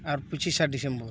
ᱟᱨ ᱯᱚᱸᱪᱤᱥᱟ ᱰᱤᱥᱮᱢᱵᱚᱨᱮ